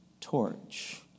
torch